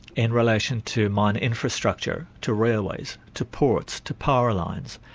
in relation to mine infrastructure, to railways, to ports, to power lines,